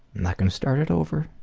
not gunna start it over.